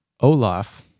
Olaf